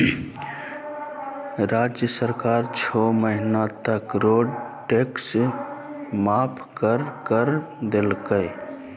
राज्य सरकार छो महीना तक रोड टैक्स माफ कर कर देलकय